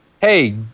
hey